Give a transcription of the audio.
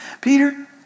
Peter